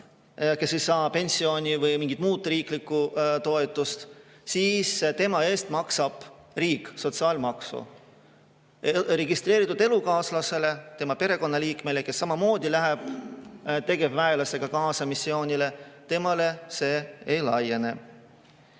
kes ei saa pensioni või mingit muud riiklikku toetust, siis tema eest maksab riik sotsiaalmaksu. Registreeritud elukaaslasele, perekonnaliikmele, kes samamoodi läheb tegevväelastega kaasa missioonile, see ei laiene. Või